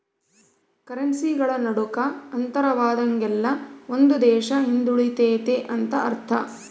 ಕರೆನ್ಸಿಗಳ ನಡುಕ ಅಂತರವಾದಂಗೆಲ್ಲ ಒಂದು ದೇಶ ಹಿಂದುಳಿತೆತೆ ಅಂತ ಅರ್ಥ